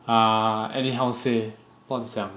ah anyhow say 乱讲